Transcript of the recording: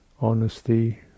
honesty